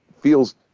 feels